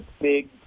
big